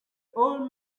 old